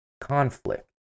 conflict